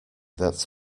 that